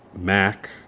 Mac